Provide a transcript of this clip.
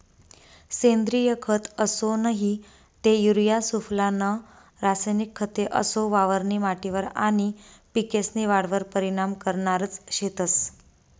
सेंद्रिय खत असो नही ते युरिया सुफला नं रासायनिक खते असो वावरनी माटीवर आनी पिकेस्नी वाढवर परीनाम करनारज शेतंस